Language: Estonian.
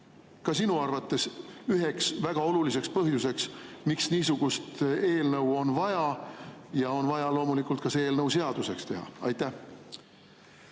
ka sinu arvates üheks väga oluliseks põhjuseks, miks niisugust eelnõu on vaja ja on vaja loomulikult ka see eelnõu seaduseks teha? Aitäh,